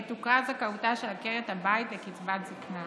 עת הוכרה זכאותה של עקרת הבית לקצבת זקנה